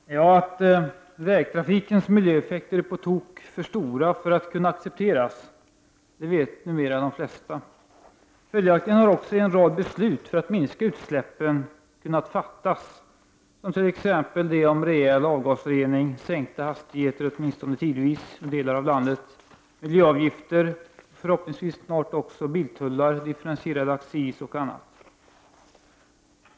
Herr talman! Att vägtrafikens miljöeffekter är på tok för stora för att kunna accepteras vet numera de flesta. Följaktligen har också en rad beslut för att minska utsläppen kunnat fattas, t.ex. besluten om en rejäl avgasrening, sänkta hastigheter åtminstone tidvis i delar av landet, miljöavgifter och förhoppningsvis snart också om biltullar, differentierad accis och annat.